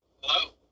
Hello